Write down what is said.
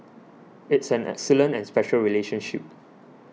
it's an excellent and special relationship